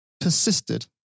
persisted